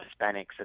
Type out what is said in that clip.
Hispanics